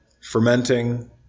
fermenting